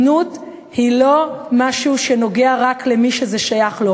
זנות היא לא משהו שנוגע רק במי שזה שייך לו.